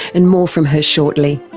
and more from her shortly.